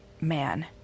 man